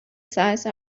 size